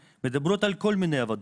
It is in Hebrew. מדברות על כל מיני עבודות.